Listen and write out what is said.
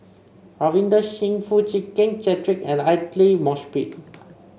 Ravinder Singh Foo Chee Keng Cedric and Aidli Mosbit